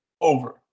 over